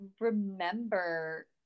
remember